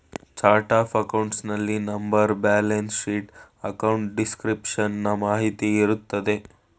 chart of accounts ನಲ್ಲಿ number, balance sheet, account description ನ ಮಾಹಿತಿ ಇರುತ್ತದೆ